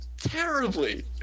terribly